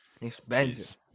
Expensive